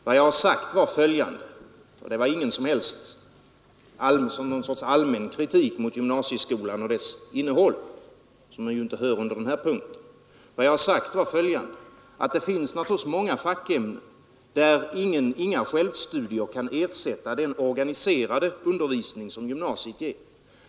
Vad jag har sagt är följande — och det är ingen allmän kritik mot gymnasieskolan och dess innehåll, som ju inte hör under den här punkten: Det finns naturligtvis många fackämnen där inga självstudier kan ersätta den organiserade undervisning som gymnasiet ger.